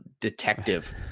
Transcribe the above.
detective